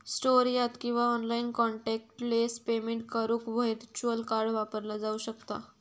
store यात किंवा online contactless payment करुक व्हर्च्युअल कार्ड वापरला जाऊ शकता